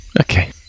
Okay